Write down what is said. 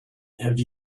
have